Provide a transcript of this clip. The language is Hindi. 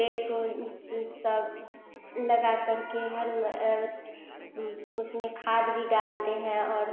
पेड़ को सब लगा कर के हर उसमें खाद भी डालते हैं और